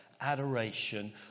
adoration